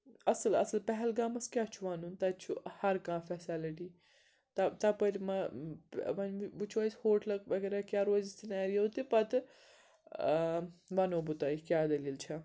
اَصٕل اَصٕل پہلگامَس کیٛاہ چھُ وَنُن تَتہِ چھُ ہر کانٛہہ فیسلٹی تہ تَپٲرۍ مہ وۄنۍ وٕچھو أسۍ ہوٹلہ وغیرہ کیٛاہ روزِ سٕنیریو تہٕ پَتہٕ وَنو بہٕ تۄہہِ کیٛاہ دٔلیٖل چھےٚ